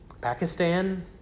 Pakistan